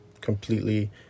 completely